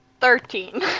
Thirteen